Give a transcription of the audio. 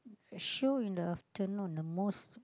show in the afternoon the most